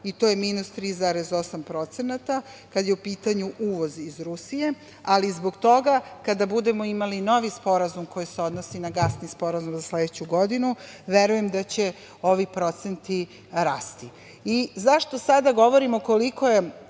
i to je minus 3,8%, kada je u pitanju uvoz iz Rusije. Ali zbog toga, kada budemo imali novi sporazum koji se odnosi na gasni sporazum za sledeću godinu, verujem da će ovi procenti rasti.Zašto sada govorimo koliko je